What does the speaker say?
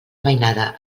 mainada